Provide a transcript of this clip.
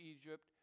Egypt